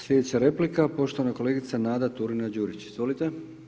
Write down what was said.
Slijedeća replika poštovana kolegica Nada Turina-Đurić, izvolite.